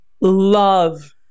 love